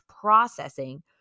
processing